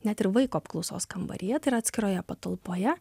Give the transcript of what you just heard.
net ir vaiko apklausos kambaryje tai yra atskiroje patalpoje